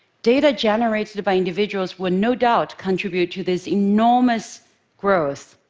data generated by individuals will no doubt contribute to this enormous growth.